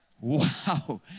Wow